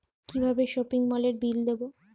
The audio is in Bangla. কিভাবে সপিং মলের বিল দেবো?